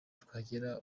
twagera